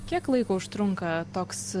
kiek laiko užtrunka toks